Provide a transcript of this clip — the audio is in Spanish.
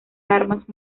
armas